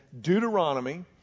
Deuteronomy